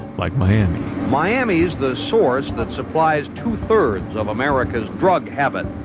like miami miami is the source that supplies two-thirds of america's drug habit,